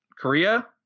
Korea